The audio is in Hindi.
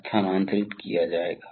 तो यहाँ क्या होता है